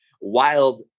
wild